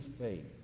faith